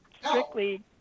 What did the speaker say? strictly